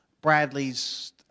Bradley's